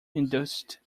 induced